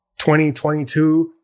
2022